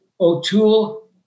O'Toole